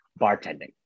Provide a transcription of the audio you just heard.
bartending